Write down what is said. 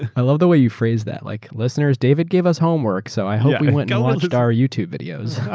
i love the way you phrase that. like listeners, david gave us homework, so i hope we went and yeah watched our youtube videos. yeah